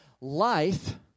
life